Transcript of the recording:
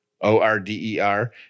O-R-D-E-R